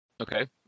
Okay